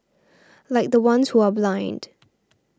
like the ones who are blind